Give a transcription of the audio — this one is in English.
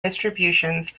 distributions